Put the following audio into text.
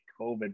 COVID